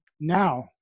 now